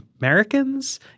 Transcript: Americans